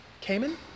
Cayman